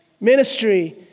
Ministry